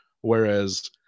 Whereas